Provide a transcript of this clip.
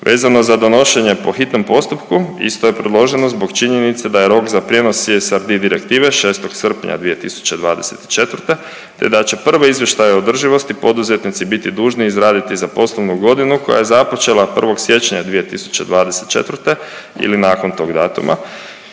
Vezano za donošenje po hitnom postupku isto je predloženo zbog činjenice da je rok za prijenos CSRD direktive 6. srpnja 2024., te da će prve izvještaje o održivosti poduzetnici biti dužni izraditi za poslovnu godinu koja je započela 1. siječnja 2024. ili nakon tog datuma